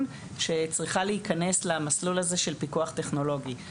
שצריכה להיכנס למסלול הזה של פיקוח טכנולוגי.